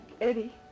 Eddie